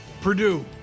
Purdue